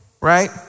right